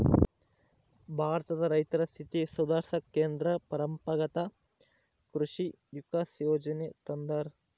ಭಾರತದ ರೈತರ ಸ್ಥಿತಿ ಸುಧಾರಿಸಾಕ ಕೇಂದ್ರ ಪರಂಪರಾಗತ್ ಕೃಷಿ ವಿಕಾಸ ಯೋಜನೆ ತಂದಾರ